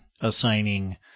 assigning